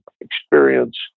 experience